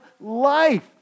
life